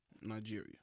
Nigeria